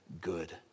good